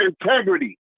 integrity